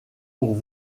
pour